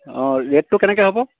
অঁ ৰেটটো কেনেকৈ হ'ব